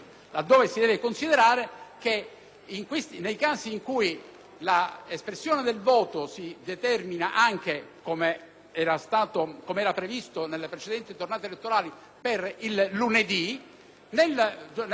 l'espressione del voto si determina anche, come era previsto nelle precedenti tornate elettorali, di lunedì, in quella giornata si registra una dispersione della capacità di